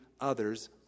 others